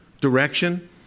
direction